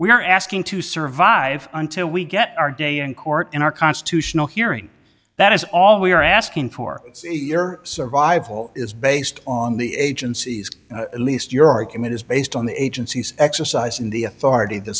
are asking to survive until we get our day in court in our constitutional hearing that is all we are asking for your survival is based on the agency's at least your argument is based on the agency's exercising the authority the